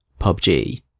PUBG